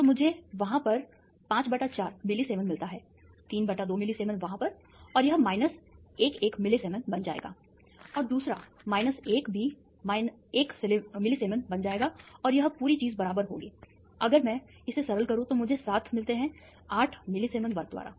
तो मुझे वहाँ पर 5 बटा 4 मिलीसीमेन मिलता है 3 बटा 2 मिलीसीमेन्स वहाँ पर और यह माइनस 11 मिलीसीमेन बन जाएगा और दूसरा माइनस 1 भी 1 मिलीसीमेन बन जाएगा और यह पूरी चीज बराबर होगी अगर मैं इसे सरल करूँ तो मुझे 7 मिलते हैं 8 मिलीसीमेंस वर्ग द्वारा